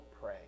pray